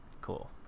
Cool